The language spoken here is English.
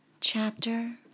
Chapter